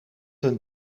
een